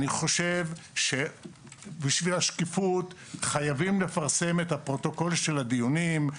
אני חושב שבשביל השקיפות חייבים לפרסם את הפרוטוקול של הדיונים.